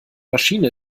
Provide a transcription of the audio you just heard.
maschine